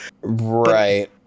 right